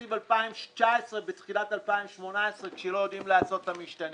תקציב 2019 בתחילת שנת 2018 כשלא יודעים לעשות את המשתנים.